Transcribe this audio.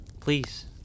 Please